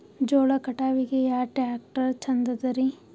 ಜೋಳ ಕಟಾವಿಗಿ ಯಾ ಟ್ಯ್ರಾಕ್ಟರ ಛಂದದರಿ?